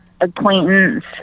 acquaintance